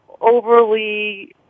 overly